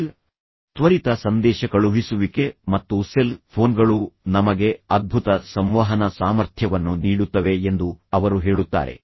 email ತ್ವರಿತ ಸಂದೇಶ ಕಳುಹಿಸುವಿಕೆ ಮತ್ತು ಸೆಲ್ ಫೋನ್ಗಳು ನಮಗೆ ಅದ್ಭುತ ಸಂವಹನ ಸಾಮರ್ಥ್ಯವನ್ನು ನೀಡುತ್ತವೆ ಎಂದು ಅವರು ಹೇಳುತ್ತಾರೆ